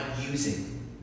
using